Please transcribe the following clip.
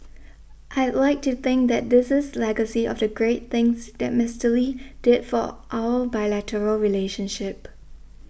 I'd like to think that this is legacy of the great things that Mister Lee did for our bilateral relationship